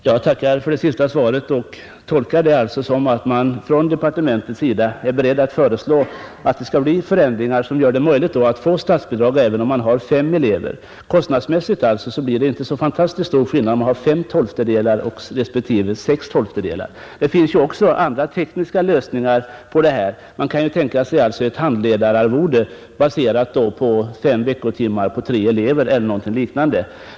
Herr talman! Jag tackar för detta besked och tolkar det så att departementet är berett att föreslå att det skall bli förändringar som gör det möjligt att få statsbidrag även om man har fem elever. Kostnadsmässigt blir det inte så fantastiskt stor skillnad om man har 5 12. Det finns ju också andra tekniska lösningar. Man kan tänka sig ett handledararvode, baserat på fem veckotimmar på tre elever eller någonting liknande.